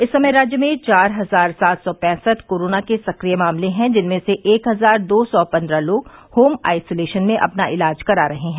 इस समय राज्य में चार हजार सात सौ पैंसठ कोरोना के सक्रिय मामले हैं जिनमें से एक हजार दो सौ पन्द्रह लोग होम आइसोलेशन में अपना इलाज करा रहे हैं